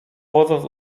wodząc